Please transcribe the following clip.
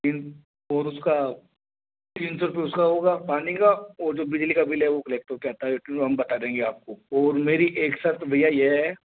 तीन और उसका तीन सौ रुपये उसका होगा पानी का और जो बिजली का बिल है वो कलेक्ट हो के आता है हम बता देंगे आपको और मेरी एक शर्त तो भैया ये है